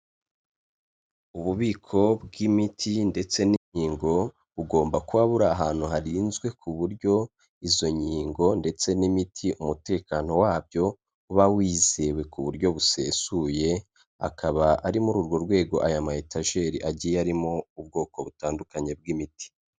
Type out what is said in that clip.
Ububiko bw'imiti ndetse n'inkingo bugomba kuba buri ahantu harinzwe ku buryo izo nkingo ndetse n'imiti umutekano wabyo uba wizewe ku buryo busesuye. Akaba ari muri urwo rwego aya maitager agiye arimo ubwoko butandukanye bw'imiti.